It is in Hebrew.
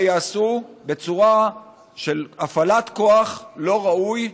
ייעשו בצורה של הפעלת כוח לא ראוי,